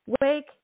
Wake